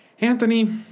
Anthony